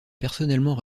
personnellement